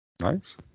Nice